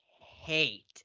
hate